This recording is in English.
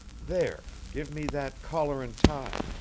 there give me that collar and tie.